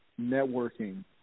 networking